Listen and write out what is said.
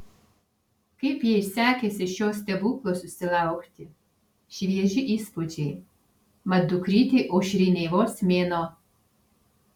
kaip jai sekėsi šio stebuklo susilaukti švieži įspūdžiai mat dukrytei aušrinei vos mėnuo